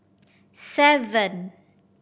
seven